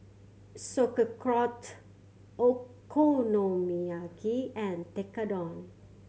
Sauerkraut Okonomiyaki and Tekkadon